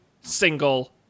single